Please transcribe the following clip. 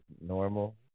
normal